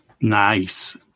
Nice